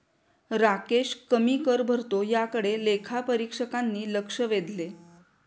राकेश कमी कर भरतो याकडे लेखापरीक्षकांनी लक्ष वेधले